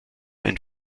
ein